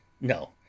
No